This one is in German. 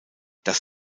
das